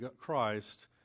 Christ